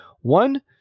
One